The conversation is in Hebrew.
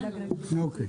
אוקיי.